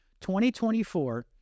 2024